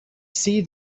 see